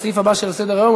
לסעיף הבא שעל סדר-היום,